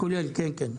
כולל, כן, כן.